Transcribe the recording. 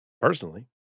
Personally